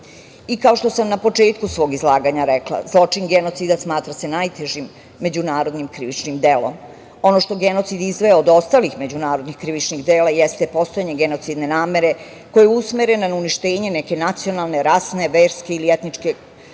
što sam na početku svog izlaganja rekla, zločin genocida smatra se najtežim međunarodnim krivičnim delom. Ono što genocid izdvaja od ostalih međunarodnih krivičnih dela jeste postojanje genocidne namere koja je usmerena na uništenje neke nacionalne, rasne, verske ili etničke